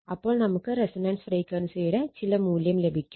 അപ്പോൾ നമുക്ക് റെസൊണൻസ് ഫ്രീക്വൻസിയുടെ ചില മൂല്യം ലഭിക്കും